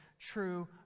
true